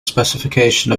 specification